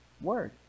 word